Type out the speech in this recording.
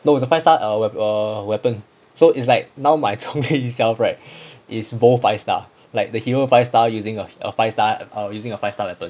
no it's a five star uh uh weapon so it's like now my zhong li itself right is both five star like the hero five star uh five star using a five star weapon